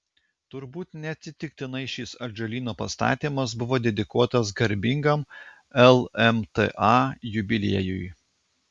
turbūt neatsitiktinai šis atžalyno pastatymas buvo dedikuotas garbingam lmta jubiliejui